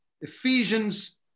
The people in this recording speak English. Ephesians